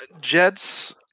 Jets